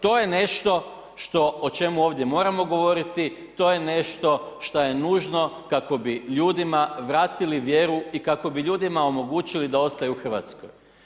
To je nešto o čemu ovdje moramo govoriti, to je nešto što je nužno kako bi ljudima vratili vjeru i kako bi ljudima omogućili da ostaju u Hrvatskoj.